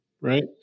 Right